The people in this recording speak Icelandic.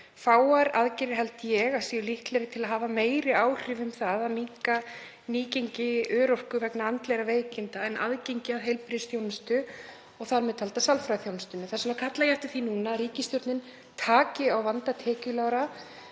Fáar aðgerðir held ég að séu líklegri til að hafa meiri áhrif um það að minnka nýgengi örorku vegna andlegra veikinda en aðgengi að heilbrigðisþjónustu, þar með talinni sálfræðiþjónustu. Þess vegna kalla ég eftir því núna að ríkisstjórnin (Forseti